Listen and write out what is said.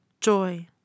joy